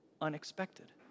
unexpected